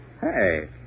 Hey